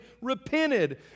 repented